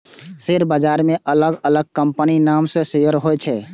share बाजार मे अलग अलग कंपनीक नाम सं शेयर होइ छै